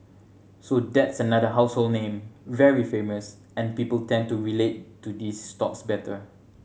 so that's another household name very famous and people tend to relate to these stocks better